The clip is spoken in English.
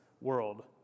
world